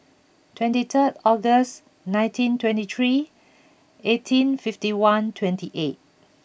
twenty third August nineteen twenty three eighteen fifty one twenty eight